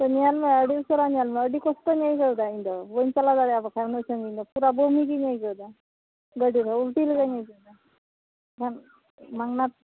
ᱛᱚ ᱧᱮᱞ ᱟᱹᱰᱤ ᱩᱥᱟᱹᱨᱟ ᱧᱮᱞ ᱢᱮ ᱟᱹᱰᱤ ᱠᱚᱥᱴᱚᱧ ᱟᱹᱭᱠᱟᱹᱣᱮᱫᱟ ᱤᱧ ᱫᱚ ᱵᱟᱹᱧ ᱪᱟᱞᱟᱣ ᱫᱟᱲᱮᱭᱟᱜᱼᱟ ᱵᱟᱠᱷᱟᱱ ᱩᱱᱟᱹᱜ ᱥᱟᱺᱜᱤᱧ ᱫᱚ ᱯᱩᱨᱟᱹ ᱵᱚᱢᱤ ᱜᱮᱧ ᱟᱹᱭᱠᱟᱹᱣᱮᱫᱟ ᱜᱟᱹᱰᱤ ᱨᱮ ᱩᱞᱴᱤ ᱞᱮᱠᱟᱧ ᱟᱹᱭᱠᱟᱹᱣ ᱮᱫᱟ ᱵᱟᱝ ᱱᱟᱛᱷ